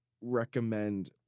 recommend